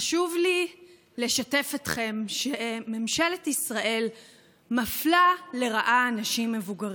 חשוב לי לשתף אתכם שממשלת ישראל מפלה לרעה אנשים מבוגרים.